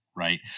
Right